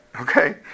okay